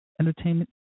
Entertainment